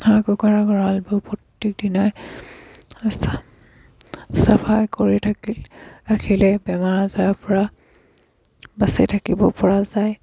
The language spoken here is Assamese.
হাঁহ কুকুৰাৰ গঁৰালবোৰ প্ৰতি দিনাই চাফাই কৰি থাকিলে ৰাখিলে বেমাৰ আজাৰৰপৰা বাচি থাকিব পৰা যায়